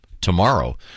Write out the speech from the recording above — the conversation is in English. tomorrow